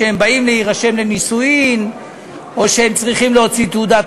כשהם באים להירשם לנישואים או כשהם צריכים להוציא תעודת